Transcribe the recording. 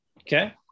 Okay